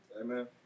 Amen